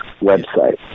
website